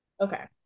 Okay